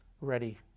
ready